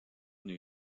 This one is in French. new